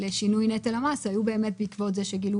לשינוי נטל המס, היו באמת בעקבות זה שגילו